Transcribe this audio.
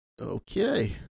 Okay